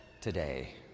today